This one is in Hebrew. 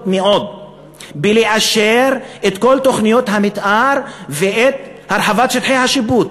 מאוד באישור כל תוכניות המתאר והרחבת שטחי השיפוט.